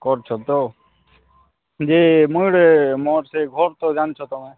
କରୁଛ ତ ଯେ ମୁଇଁ ଗୋଟେ ମୋର୍ ଯେ ଘର୍ ତ ଜାଣିଛ ତୁମେ